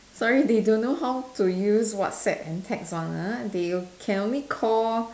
sorry they don't know how to use WhatsApp and text one ah they can only Call